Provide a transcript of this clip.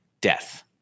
death